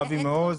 אבי מעוז,